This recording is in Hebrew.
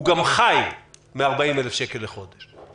הוא גם חי מ-40,000 שקל לחודש,